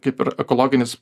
kaip ir ekologinis